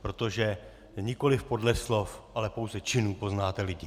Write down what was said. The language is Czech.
Protože nikoliv podle slov, ale pouze činů poznáte lidi.